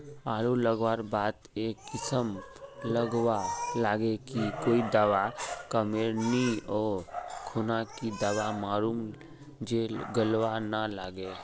आलू लगवार बात ए किसम गलवा लागे की कोई दावा कमेर नि ओ खुना की दावा मारूम जे गलवा ना लागे?